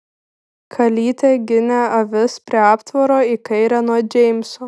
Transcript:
kalytė ginė avis prie aptvaro į kairę nuo džeimso